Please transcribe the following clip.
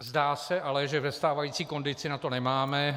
Zdá se ale, že ve stávající kondici na to nemáme.